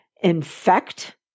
infect